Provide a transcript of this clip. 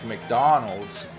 McDonald's